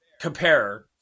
compare